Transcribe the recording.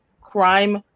crime